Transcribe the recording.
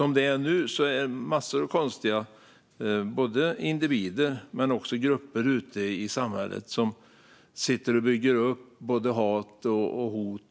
Nu är det en massa konstiga både individer och grupper ute i samhället som sitter och bygger upp hat och hot